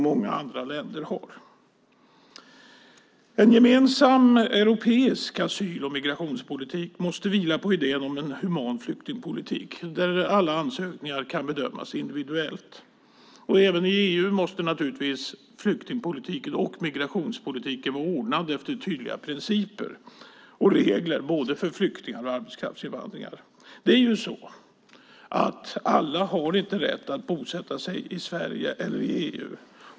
En gemensam europeisk asyl och migrationspolitik måste vila på idén om en human flyktingpolitik där alla ansökningar kan bedömas individuellt. Även i EU måste naturligtvis flyktingpolitiken och migrationspolitiken vara ordnade efter tydliga principer och regler både för flyktingar och för arbetskraftsinvandrare. Alla har inte rätt att bosätta sig i Sverige eller EU.